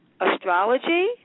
Astrology